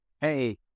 hey